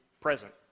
Present